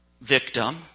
victim